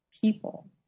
people